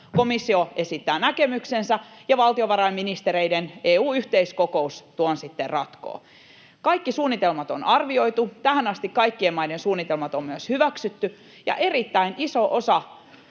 komissio esittää näkemyksensä ja valtiovarainministereiden EU-yhteiskokous tuon sitten ratkoo. Kaikki suunnitelmat on arvioitu. Tähän asti kaikkien maiden suunnitelmat on myös hyväksytty. Ja erittäin iso osa